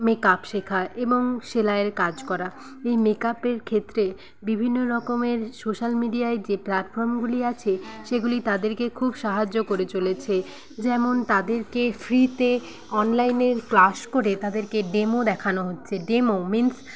makeup শেখা এবং সেলাইয়ের কাজ করা এই মেকআপের ক্ষেত্রে বিভিন্ন রকমের সোশ্যাল মিডিয়ায় যে প্ল্যাটফর্মগুলি আছে সেগুলি তাদেরকে খুব সাহায্য করে চলেছে যেমন তাদেরকে ফ্রীতে অনলাইনের ক্লাস করে তাদেরকে ডেমো দেখানো হচ্ছে ডেমো মিন্স